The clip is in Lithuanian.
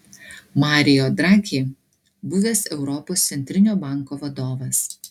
mario draghi buvęs europos centrinio banko vadovas